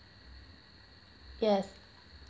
yes